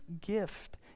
gift